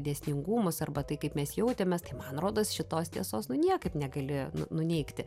dėsningumus arba tai kaip mes jautėmės tai man rodos šitos tiesos niekaip negali nu nuneigti